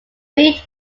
read